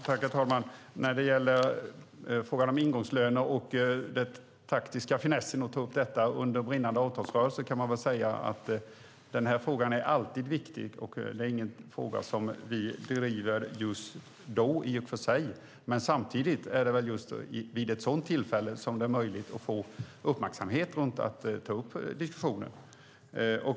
Herr talman! När det gäller frågan om ingångslöner och den taktiska finessen att ta upp detta under brinnande avtalsrörelse kan man väl säga: Den här frågan är alltid viktig. Det är ingen fråga som vi driver just då i och för sig. Men samtidigt är det väl just vid ett sådant tillfälle som det är möjligt att få uppmärksamhet runt att ta upp den diskussionen.